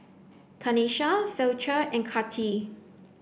Kenisha Fletcher and Kati